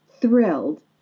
thrilled